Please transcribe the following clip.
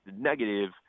negative